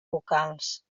vocals